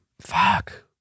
Fuck